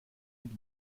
mit